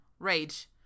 Rage